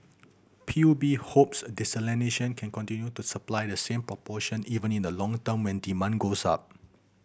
P U B hopes desalination can continue to supply the same proportion even in the long term when demand goes up